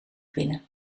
binnen